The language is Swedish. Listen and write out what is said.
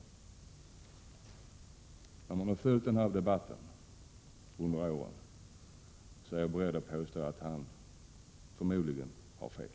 Efter att ha följt den här debatten under några år är jag beredd att påstå att han förmodligen hade fel.